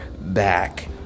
back